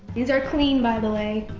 these are clean by the way.